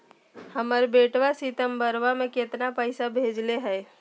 हमर बेटवा सितंबरा में कितना पैसवा भेजले हई?